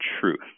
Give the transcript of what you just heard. truth